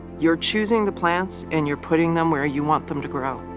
you're choosing the plants and you're putting them where you want them to grow.